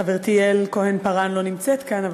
חברתי יעל כהן-פארן לא נמצאת כאן,